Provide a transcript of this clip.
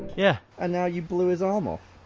yeah. and now you blew his arm off?